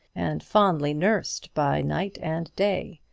and fondly nursed by night and day.